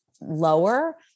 lower